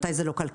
מתי זה לא כלכלי